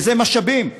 וזה משאבים.